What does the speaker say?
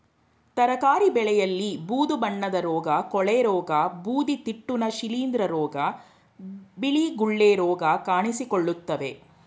ತರಕಾರಿ ಬೆಳೆಯಲ್ಲಿ ಬೂದು ಬಣ್ಣದ ರೋಗ, ಕೊಳೆರೋಗ, ಬೂದಿತಿಟ್ಟುನ, ಶಿಲಿಂದ್ರ ರೋಗ, ಬಿಳಿ ಗುಳ್ಳೆ ರೋಗ ಕಾಣಿಸಿಕೊಳ್ಳುತ್ತವೆ